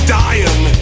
dying